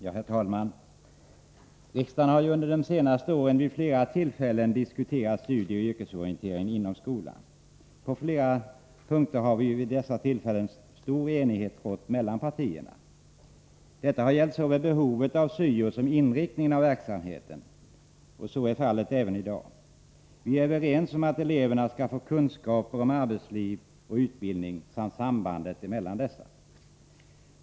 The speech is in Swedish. Herr talman! Riksdagen har under de senaste åren vid åtskilliga tillfällen diskuterat studieoch yrkesorienteringen inom skolan. På flera punkter har vid dessa tillfällen stor enighet rått mellan partierna. Detta har gällt såväl behovet av syo som inriktningen av verksamheten. Så är fallet även i dag. Vi är överens om att eleverna skall få kunskaper om arbetsliv och utbildning samt om sambandet däremellan.